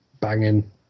banging